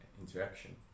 interaction